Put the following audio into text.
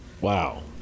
Wow